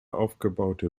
aufgebaute